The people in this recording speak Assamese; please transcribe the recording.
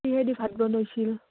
কিহেদি ভাত বনৈছিল